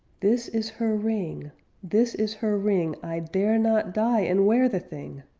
this is her ring this is her ring! i dare not die and wear the thing